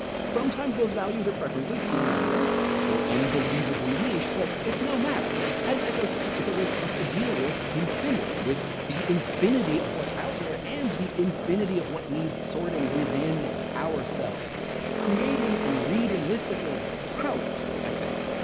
sometimes, those values or preferences seem minor or unbelievably niche. but it's no matter. as eco says, it's a way for us to deal with infinity, with the infinity of what's out there and the infinity of what needs sorting within ourselves. creating and reading listicles helps, i think.